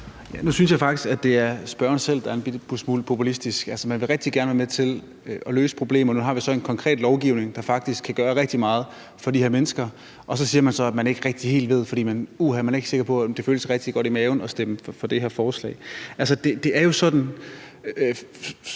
Nu synes jeg faktisk, at det er spørgeren selv, der er en smule populistisk. Man vil rigtig gerne være med til at løse problemerne. Nu har vi så et forslag om en konkret lovgivning, der faktisk kan gøre rigtig meget for de her mennesker, og så siger man, at man ikke rigtig helt ved det, for uha, man er ikke sikker på, at det føles rigtig godt i maven at stemme for det her forslag. Altså, det er jo sådan,